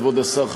כבוד השר,